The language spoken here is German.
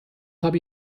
habe